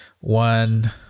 One